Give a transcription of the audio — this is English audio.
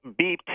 beeped